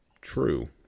true